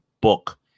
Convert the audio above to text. book